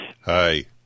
Hi